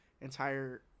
entire